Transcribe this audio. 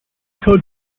code